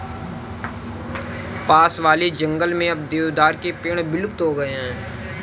पास वाले जंगल में अब देवदार के पेड़ विलुप्त हो गए हैं